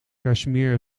kashmir